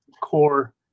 core